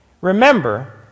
Remember